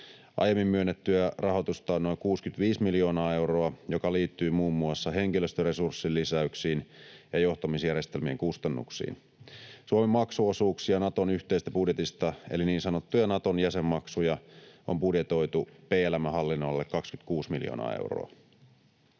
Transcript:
Aiemmin myönnettyä rahoitusta on noin 65 miljoonaa euroa, joka liittyy muun muassa henkilöstöresurssilisäyksiin ja johtamisjärjestelmien kustannuksiin. Suomen maksuosuuksia Naton yhteisestä budjetista eli niin sanottuja Naton jäsenmaksuja on budjetoitu PLM:n hallinnonalalle 26 miljoonaa euroa.